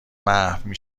محو